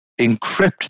encrypt